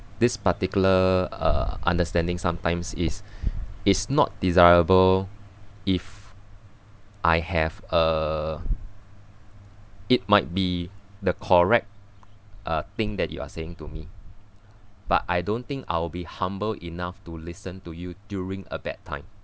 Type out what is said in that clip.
this particular uh understanding sometimes is is not desirable if I have uh it might be the correct uh thing that you are saying to me but I don't think I'll be humble enough to listen to you during a bad time